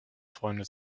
freunde